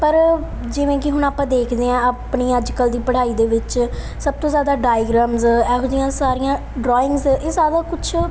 ਪਰ ਜਿਵੇਂ ਕਿ ਹੁਣ ਆਪਾਂ ਦੇਖਦੇ ਹਾਂ ਆਪਣੀ ਅੱਜ ਕੱਲ੍ਹ ਦੀ ਪੜ੍ਹਾਈ ਦੇ ਵਿੱਚ ਸਭ ਤੋਂ ਜ਼ਿਆਦਾ ਡਾਇਗਰਾਮਸ ਇਹੋ ਜਿਹੀਆਂ ਸਾਰੀਆਂ ਡਰਾਇੰਗਸ ਇਹ ਸਾਰਾ ਕੁਛ